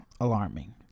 alarming